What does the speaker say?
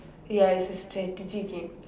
ya it's a strategy game